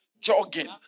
jogging